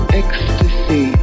ecstasy